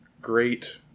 great